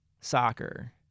soccer